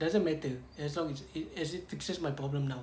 doesn't matter as long as it as it fixes my problem now